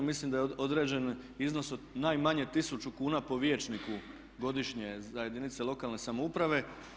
Mislim da je određen iznos od najmanje 1000 kuna po vijećniku godišnje za jedinice lokalne samouprave.